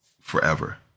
forever